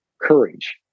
Courage